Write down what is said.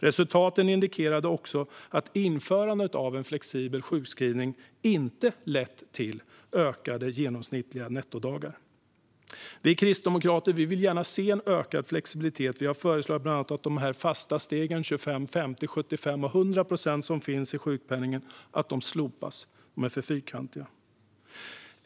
Resultaten indikerade också att införandet av flexibel sjukskrivning inte lett till ökade genomsnittliga nettodagar. Vi kristdemokrater vill gärna se en ökad flexibilitet. Vi har bland annat föreslagit att de fasta stegen - 25, 50, 75 och 100 procent - som finns i sjukpenningen ska slopas. De är för fyrkantiga.